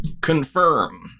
Confirm